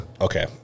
Okay